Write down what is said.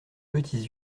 petits